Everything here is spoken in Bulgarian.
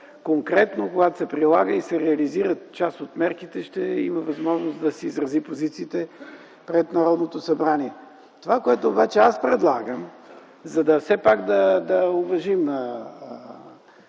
конкретно, когато се прилагат и се реализират част от мерките, ще има възможност да си изрази позициите пред Народното събрание. Това, което обаче аз предлагам, все пак, за да уважим